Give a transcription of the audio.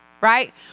right